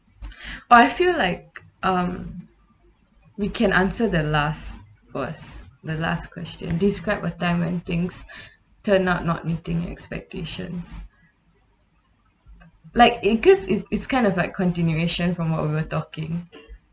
but I feel like um we can answer the last was the last question describe a time when things turn out not meeting your expectations like it gives it its kind of like continuation from what we were talking